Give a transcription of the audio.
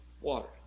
water